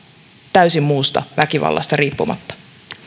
täysin muusta väkivallasta riippumatta